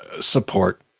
support